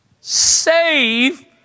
save